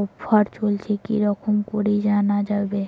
Offer চলছে কি রকম করি জানা যাবে?